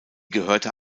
gehörte